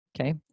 Okay